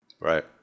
right